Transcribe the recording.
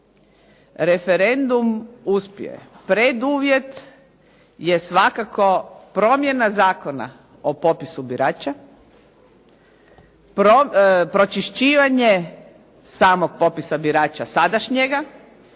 referendum uspije, preduvjet je svakako promjena Zakona o popisu birača, počišćivanje samog popisa birača sadašnjega,